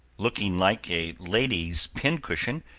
looking like a lady's pincushion,